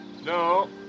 No